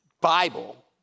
Bible